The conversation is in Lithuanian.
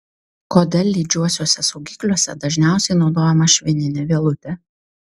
kodėl lydžiuosiuose saugikliuose dažniausiai naudojama švininė vielutė